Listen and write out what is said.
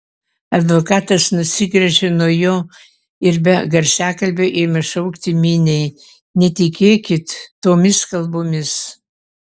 advokatas nusigręžė nuo jo ir be garsiakalbio ėmė šaukti miniai netikėkit tomis kalbomis